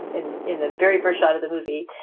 in in the very burchard of the movie,